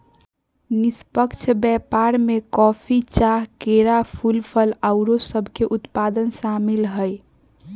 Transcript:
निष्पक्ष व्यापार में कॉफी, चाह, केरा, फूल, फल आउरो सभके उत्पाद सामिल हइ